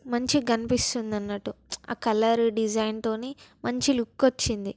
మంచిగా కనిపిస్తుంది అన్నట్టు ఆ కలరు డిజైన్తోని మంచి లుక్ వచ్చింది